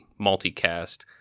multicast